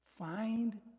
Find